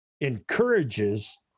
encourages